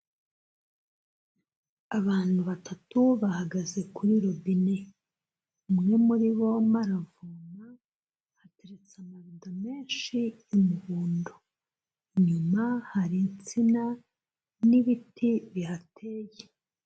Abantu batatu bahagaze kuri robine, umwe muri bo arimo aravoma, hateretse ama bido menshi y'umuhondo, inyuma hari insina n'ibiti bihateye.